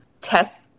test